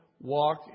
walk